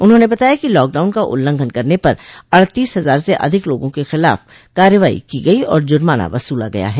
उन्होंने बताया कि लॉकडाउन का उल्लंघन करने पर अड़तीस हजार से अधिक लोगों के खिलाफ कार्रवाई की गयी है और जुर्माना वसूला गया है